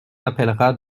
appellera